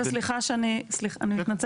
וסליחה שאני מתפרצת,